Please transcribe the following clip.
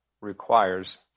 requires